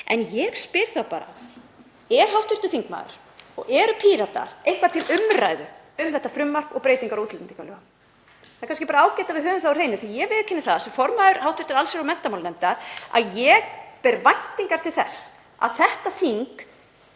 En ég spyr þá bara: Er hv. þingmaður og eru Píratar eitthvað til umræðu um þetta frumvarp og breytingar á útlendingalögum? Það er kannski bara ágætt að við höfum það á hreinu. Ég viðurkenni það sem formaður hv. allsherjar- og menntamálanefndar að ég hef væntingar til þess að þetta þing